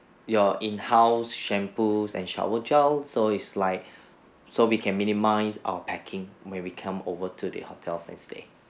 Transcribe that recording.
your in house shampoos and shower gel so is like so we can minimise our packing when we come over to the hotels and stay